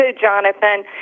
Jonathan